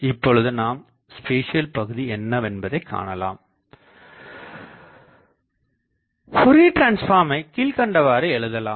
இப்பொழுது நாம் ஸ்பேசியல் பகுதி என்னவென்பதை காணலாம் ஃபோரியர் டிரான்ஸ்பார்மை கீழ்க்கண்டவாறு எழுதலாம்